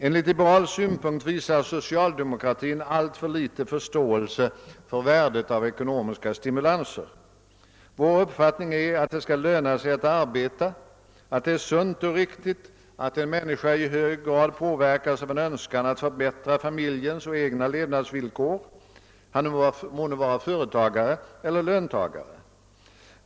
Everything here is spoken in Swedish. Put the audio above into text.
Från liberal synpunkt visar socialdemokratin alltför litet förståelse för värdet av ekonomiska stimulanser. Vår uppfattning är att det skall löna sig att arbeta, att det är sunt och riktigt att en människa i hög grad påverkas av en önskan att förbättra familjens levnadsvillkor och de egna levnadsvillkoren — vederbörande må nu vara företagare eller löntagare.